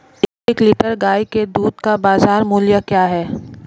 एक लीटर गाय के दूध का बाज़ार मूल्य क्या है?